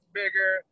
bigger